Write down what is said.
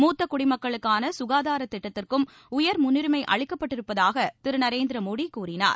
மூத்த குடிமக்களுக்கான சுகாதாரத் திட்டத்திற்கும் உயர் முன்னுரிமை அளிக்கப்பட்டிருப்பதாக திரு நரேந்திர மோடி கூறினார்